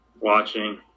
watching